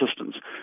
assistance